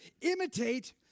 Imitate